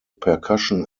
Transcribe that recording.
percussion